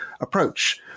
approach